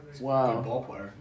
Wow